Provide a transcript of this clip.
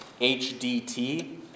HDT